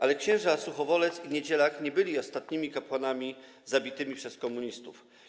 Ale księża Suchowolec i Niedzielak nie byli ostatnimi kapłanami zabitymi przez komunistów.